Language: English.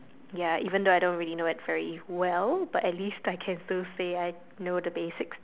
ya even though I don't know it very well but at least I can still say that I know the basics